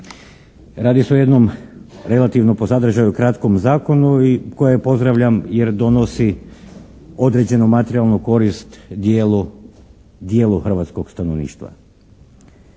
Radi se o jednom relativno po sadržaju kratkom zakonu i koji pozdravljam jer donosi određenu materijalnu korist dijelu hrvatskog stanovništva.